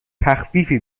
تخفیفی